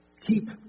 keep